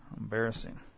Embarrassing